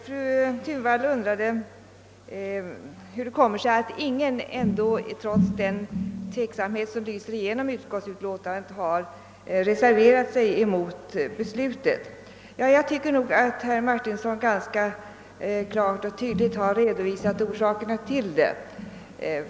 Fru Thunvall undrade hur det kommer sig att ingen, trots den tveksamhet som lyser igenom utskottsutlåtandet, har reserverat sig emot utskottets förslag. Jag tycker att herr Martinsson ganska klart och tydligt har redovisat anledningarna härtill.